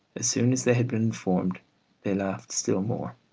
as soon as they had been informed they laughed still more.